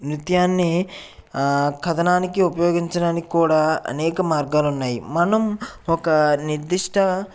నృత్యాన్ని కథనానికి ఉపయోగించడానికి కూడా అనేక మార్గాలు ఉన్నాయి మనం ఒక నిర్దిష్ట